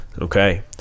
Okay